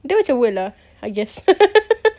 dia macam world ah I guess